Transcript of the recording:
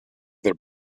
their